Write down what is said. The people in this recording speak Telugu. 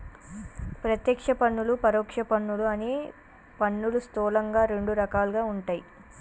ప్రత్యక్ష పన్నులు, పరోక్ష పన్నులు అని పన్నులు స్థూలంగా రెండు రకాలుగా ఉంటయ్